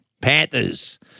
Panthers